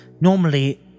Normally